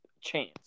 chance